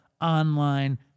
Online